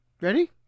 Ready